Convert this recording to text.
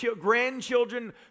grandchildren